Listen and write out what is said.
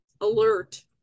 alert